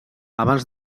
abans